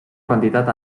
quantitat